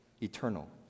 eternal